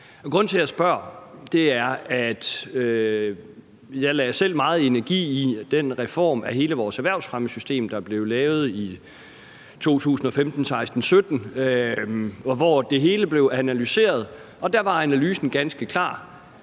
Grunden til, jeg spørger, er, at jeg selv lagde meget energi i den reform af hele vores erhvervsfremmesystem, der blev lavet i 2015, 2016 og 2017, hvor det hele er blevet analyseret. Da var analysen ganske klar: